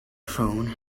phone